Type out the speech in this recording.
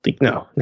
no